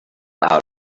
out